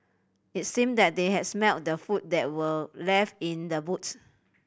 it seemed that they had smelt the food that were left in the boots